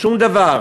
שום דבר,